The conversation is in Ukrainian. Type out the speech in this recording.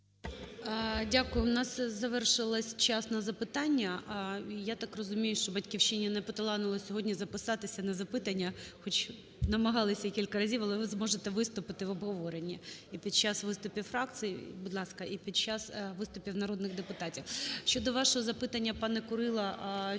Дякую. У нас завершився час на запитання. Я так розумію, що "Батьківщині" не поталанило сьогодні записатися на запитання, хоч намагалися кілька разів. Але ви зможете виступити в обговоренні і під час виступів фракцій, будь ласка, і під час виступів народних депутатів. Щодо вашого запитання, пане Курило, щодо участі